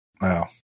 Wow